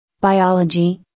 biology